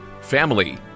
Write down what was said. family